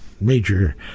major